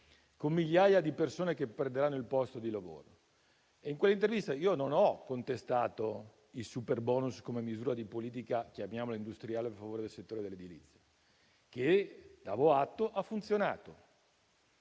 con migliaia di persone che perderanno il posto di lavoro. In quell'intervista io non ho contestato il superbonus come misura di politica industriale in favore del settore dell'edilizia, che ha funzionato